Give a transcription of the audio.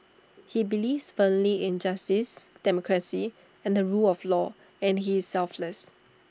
he believes firmly in justice democracy and the rule of law and he is selfless